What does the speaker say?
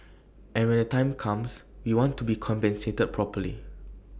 and when the time comes we want to be compensated properly